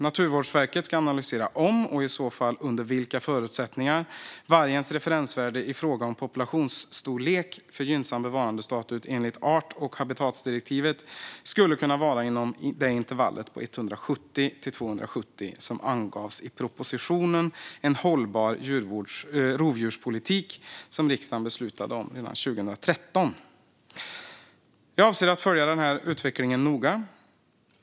Naturvårdsverket ska analysera om, och i så fall under vilka förutsättningar, vargens referensvärde i fråga om populationsstorlek för gynnsam bevarandestatus enligt art och habitatdirektivet skulle kunna vara inom det intervall på 170-270 som angavs i propositionen En hållbar rovdjurspolitik , som riksdagen beslutade om redan 2013. Jag avser att följa utvecklingen noga.